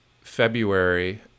February